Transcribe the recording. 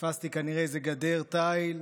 פספסתי כנראה איזה גדר תיל,